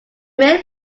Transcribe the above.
main